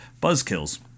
BuzzKills